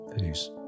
Peace